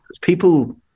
people